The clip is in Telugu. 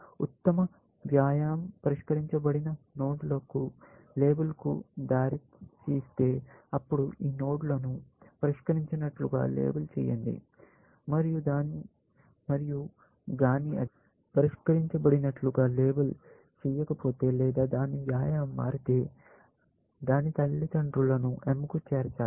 ఉత్తమ వ్యయం పరిష్కరించబడిన నోడ్లకు లేబుల్కు దారితీస్తే అప్పుడు ఈ నోడ్లను పరిష్కరించినట్లుగా లేబుల్ చేయండి మరియు గాని అది పరిష్కరించబడినట్లుగా లేబుల్ చేయకపోతే లేదా దాని వ్యయం మారితే దాని తల్లిదండ్రులను m కు చేర్చాలి